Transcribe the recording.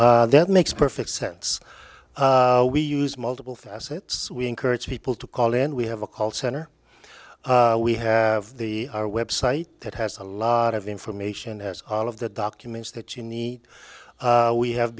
all that makes perfect sense we use multiple facets we encourage people to call in we have a call center we have the our web site that has a lot of information of the documents that you need we have